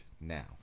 now